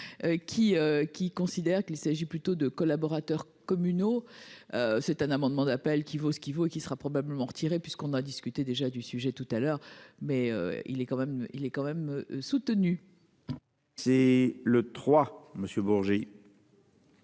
qui considère qu'il s'agit plutôt de collaborateurs communaux. C'est un amendement d'appel qui vaut ce qu'il vaut, qui sera probablement retiré puisqu'on a discuté déjà du sujet, tout à l'heure mais il est quand même il est quand même soutenu.